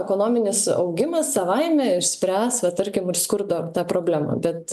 ekonominis augimas savaime išspręs tarkim ir skurdo problemą bet